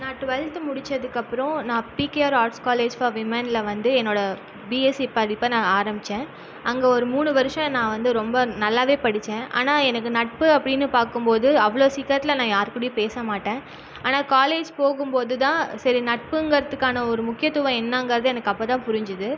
நான் டுவெல்த் முடிச்சதுக்கு அப்புறம் நான் பிகேஆர் ஆர்ட்ஸ் காலேஜ் பார் விமனில் வந்து நான் என்னோட பிஎஸ்சி படிப்ப நான் ஆரம்பிச்சேன் அங்கே ஒரு மூணு வருஷம் நான் வந்து ரொம்ப நல்லாவே படிச்சேன் ஆனால் எனக்கு நட்பு அப்படின்னு பார்க்கும்போது அவ்வளோ சீக்கரத்தில் நான் யார் கூடையும் பேச மாட்டேன் ஆனால் காலேஜ் போகும்போது தான் சரி நட்புங்கிறத்துக்கான ஒரு முக்கியத்துவம் என்னங்குறது எனக்கு அப்போதான் புரிஞ்சிது